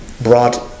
brought